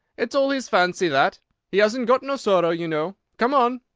it's all his fancy, that he hasn't got no sorrow, you know. come on!